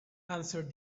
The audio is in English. answered